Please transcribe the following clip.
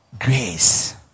grace